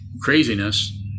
craziness